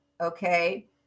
okay